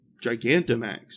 Gigantamax